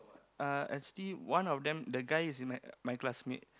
uh actually one of them the guy is in my my classmate